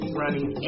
running